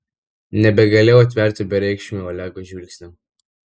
nebegalėjau tverti bereikšmio olego žvilgsnio